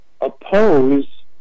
oppose